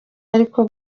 ariko